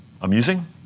Amusing